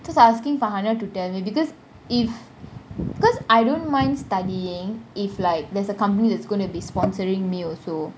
because I'm asking farhanah to tell me because if because I don't mind studying if like there's a company that's going to be sponsoring me also